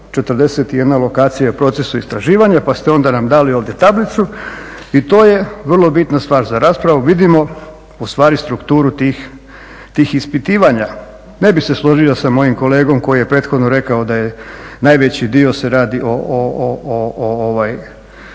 41 lokacija je u procesu istraživanja pa ste onda nam dali ovdje tablicu i to je vrlo bitna stvar za raspravu, vidimo ustvari strukturu tih ispitivanja. Ne bih se složio sa mojim kolegom koji je prethodno rekao da najveći dio se radi o žrtvama